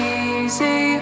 easy